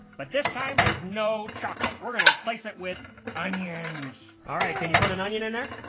but this time there's no chocolate. we're gonna replace it with onions. alright, can you put an onion in there?